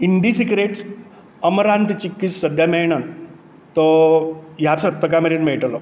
Indisecrets अमरांत चिक्कीस सद्या मेळनात तो ह्या सप्तकां मेरेन मेळटलो